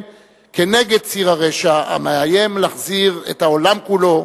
נגד ציר הרשע המאיים להחזיר את העולם כולו